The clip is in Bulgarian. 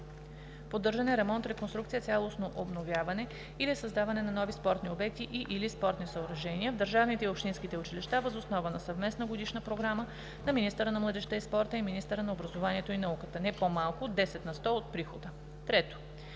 поддържане, ремонт, реконструкция, цялостно обновяване или създаване на нови спортни обекти и/или спортни съоръжения в държавните и общинските училища въз основа на съвместна годишна програма на министъра на младежта и спорта и министъра на образованието и науката – не по-малко от 10 на сто от прихода;